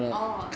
orh